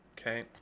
Okay